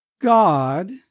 God